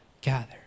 gather